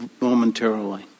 momentarily